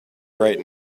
right